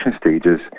stages